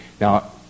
Now